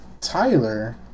Tyler